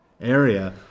area